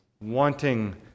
wanting